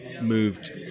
moved